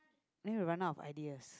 then we run out of ideas